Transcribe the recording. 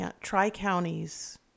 tri-counties